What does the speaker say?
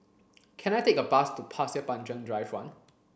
can I take a bus to Pasir Panjang Drive one